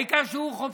העיקר שהוא חופשי,